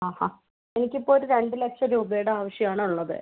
ആഹാ എനിക്ക് ഇപ്പോൾ ഒരു രണ്ടു ലക്ഷം രൂപയുടെ ആവശ്യമാണുള്ളത്